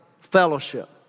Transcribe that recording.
fellowship